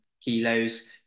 kilos